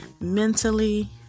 mentally